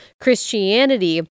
Christianity